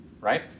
right